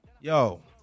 Yo